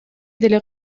деле